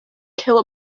kill